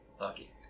Lucky